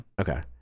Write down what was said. Okay